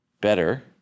better